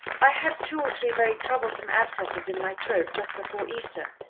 i had two or three very troublesome abscesses in my throat, just before easter,